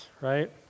right